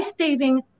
saving